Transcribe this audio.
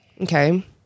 Okay